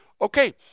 Okay